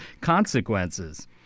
consequences